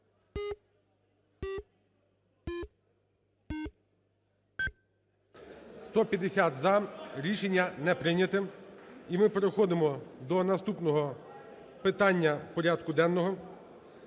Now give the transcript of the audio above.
За-150 Рішення не прийняте. І ми переходимо до наступного питання порядку денного